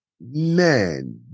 man